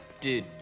Dude